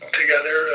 together